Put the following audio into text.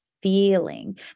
feeling